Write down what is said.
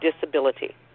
disability